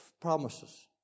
promises